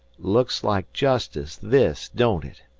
looks like justice, this, don't it?